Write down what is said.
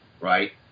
Right